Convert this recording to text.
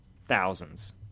Thousands